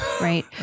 Right